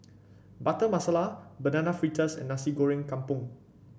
Butter Masala Banana Fritters and Nasi Goreng Kampung